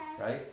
right